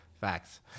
Facts